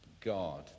God